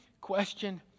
question